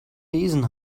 lesen